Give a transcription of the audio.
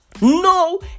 No